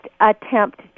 attempt